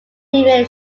many